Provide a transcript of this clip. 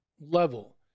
level